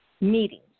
meetings